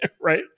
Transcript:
right